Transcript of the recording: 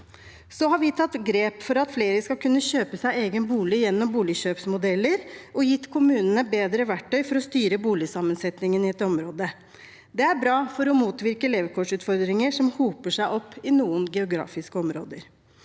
Vi har tatt grep for at flere skal kunne kjøpe seg egen bolig gjennom boligkjøpsmodeller og gitt kommunene bedre verktøy for å styre boligsammensetningen i et område. Det er bra for å motvirke levekårsutfordringer, som hoper seg opp i noen geografiske områder.